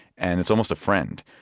and it's almost a friend.